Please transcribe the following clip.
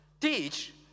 teach